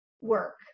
work